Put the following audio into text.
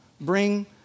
bring